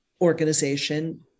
organization